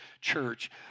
Church